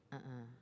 a'ah